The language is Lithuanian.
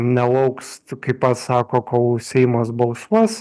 nelauks kaip pats sako kol seimas balsuos